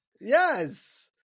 Yes